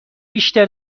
بیشتر